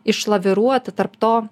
išlaviruoti tarp to